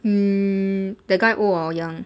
mm the guy old or young